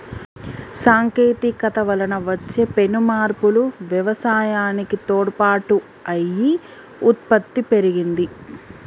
సాంకేతికత వలన వచ్చే పెను మార్పులు వ్యవసాయానికి తోడ్పాటు అయి ఉత్పత్తి పెరిగింది